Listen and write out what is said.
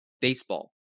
baseball